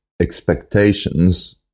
expectations